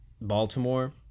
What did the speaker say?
Baltimore